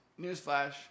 newsflash